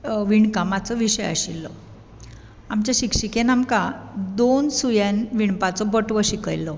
विणकामाचो विशय आशिल्लो आमचे शिक्षिकेन आमकां दोन दोन सुयान विणपाचो बटवो शिकयल्लो